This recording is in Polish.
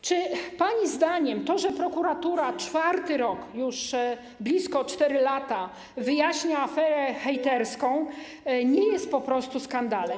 Czy pani zdaniem to, że prokuratura czwarty rok, to już blisko 4 lata, wyjaśnia aferę hejterską nie jest po prostu skandalem?